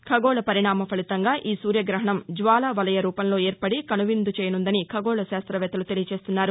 ఖగోళ పరిణామ ఫలితంగా ఈ సూర్యగ్రహణం జ్వాలా వలయ రూపంలో ఏర్పడి కనువిందు చేయనున్నదని ఖగోళ శాస్త్రవేత్తలు తెలియచేస్తున్నారు